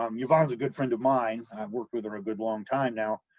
um yvonne is a good friend of mine and i've worked with her a good long time now,